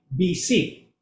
BC